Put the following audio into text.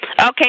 Okay